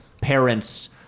parents